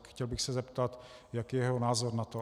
Chtěl bych se zeptat, jaký je jeho názor na to.